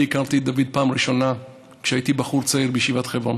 אני הכרתי את דוד בפעם הראשונה כשהייתי בחור צעיר בישיבת חברון.